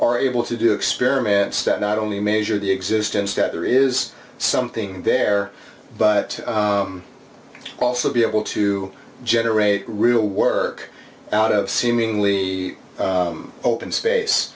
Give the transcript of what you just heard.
are able to do experiments that not only measure the existence that there is something there but also be able to generate real work out of seemingly open space